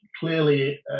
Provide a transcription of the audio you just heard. clearly